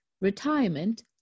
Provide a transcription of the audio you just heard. retirement